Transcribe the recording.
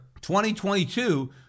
2022